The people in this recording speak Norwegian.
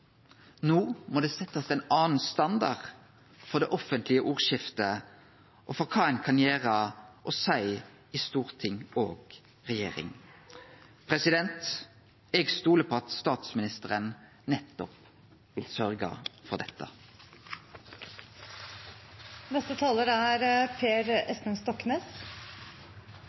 No må det setjast ein annan standard for det offentlege ordskiftet og for kva ein kan gjere og seie i storting og i regjering. Eg stolar på at statsministeren vil sørgje for nettopp